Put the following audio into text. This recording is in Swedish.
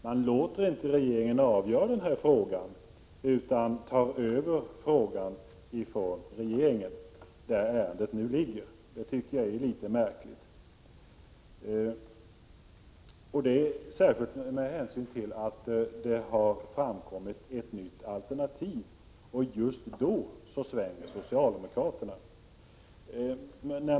Man låter inte regeringen avgöra den här frågan, utan man tar över den ifrån regeringen, som nu har hand om ärendet. Det tycker jag är litet märkligt. Särskilt med hänsyn till att det har framkommit ett nytt alternativ. Just då svänger socialdemokraterna.